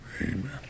Amen